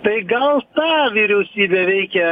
tai gal tą vyriausybę veikė